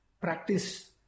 practice